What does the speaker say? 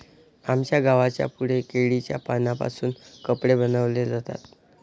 आमच्या गावाच्या पुढे केळीच्या पानांपासून कपडे बनवले जातात